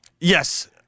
Yes